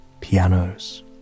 pianos